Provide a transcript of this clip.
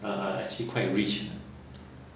are are actually quite rich